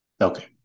Okay